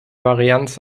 varianz